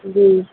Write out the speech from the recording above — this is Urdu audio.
جی